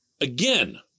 again